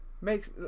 makes